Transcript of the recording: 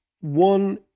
one